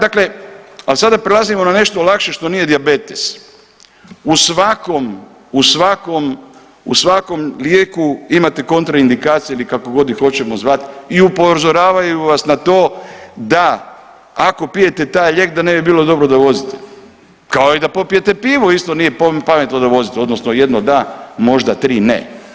Dakle, ali sada prelazimo na nešto lakše što nije dijabetes, u svakom lijeku imate kontraindikacije ili kako god ih hoćemo zvat i upozoravaju vas na to da ako pijete taj lijek da ne bi bilo dobro da vozite, kao i da popijete pivo isto nije pametno da vozite odnosno jedno da, možda tri ne.